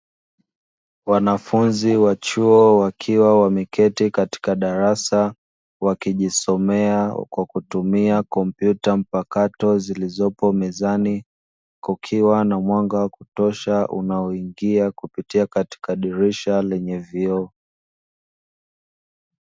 Wanafunzi wa chuo wakiwa wameketi katika darasa, wakijisomea kwa kutumia kompyuta mpakato zilizopo mezani, kukiwa na mwanga wa kutosha unaoingia kupitia katika dirisha lenye vioo.